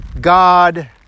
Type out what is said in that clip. God